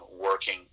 working